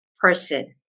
person